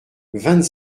vingt